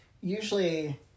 Usually